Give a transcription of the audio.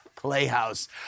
Playhouse